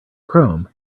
chrome